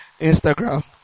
Instagram